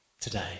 today